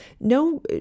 No